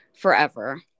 forever